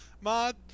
mod